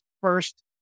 first